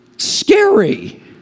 scary